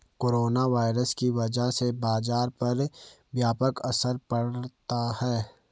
corona virus की वजह से बाजार पर व्यापक असर पड़ा था